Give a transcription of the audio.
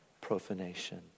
profanation